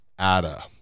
Ada